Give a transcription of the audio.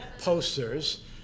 posters